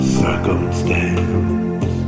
circumstance